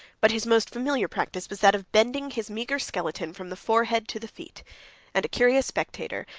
but his most familiar practice was that of bending his meagre skeleton from the forehead to the feet and a curious spectator,